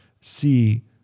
see